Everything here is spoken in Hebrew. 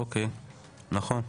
אוקי נכון.